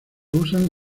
usan